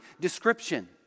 description